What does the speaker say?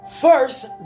First